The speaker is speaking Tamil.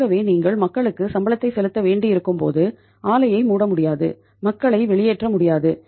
ஆகவே நீங்கள் மக்களுக்கு சம்பளத்தை செலுத்த வேண்டியிருக்கும் போது ஆலையை மூட முடியாது மக்களை வெளியேற்ற முடியாது